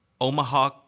Omaha